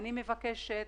אני מבקשת